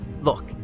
Look